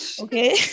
okay